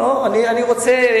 אני רוצה,